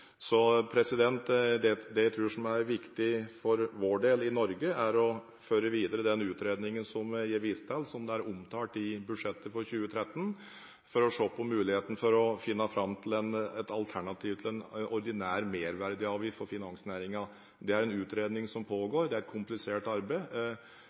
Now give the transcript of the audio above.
Så det jeg tror er viktig for vår del i Norge, er å føre videre den utredningen som jeg viste til, og som er omtalt i budsjettet for 2013, for å se på muligheten for å finne fram til et alternativ til en ordinær merverdiavgift for finansnæringen. Det er en utredning som